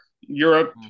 Europe